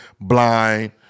blind